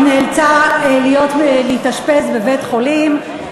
היא נאלצה להתאשפז בבית-חולים.